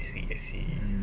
I see I see